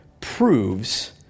Proves